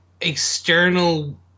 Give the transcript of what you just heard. external